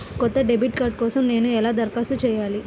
కొత్త debit card కోసం నేను ఎలా దరఖాస్తు చేయాలి?